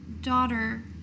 daughter